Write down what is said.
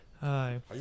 hi